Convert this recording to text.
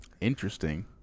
Interesting